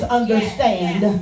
understand